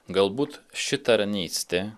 galbūt ši tarnystė